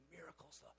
miracles